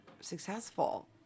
successful